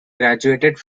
graduated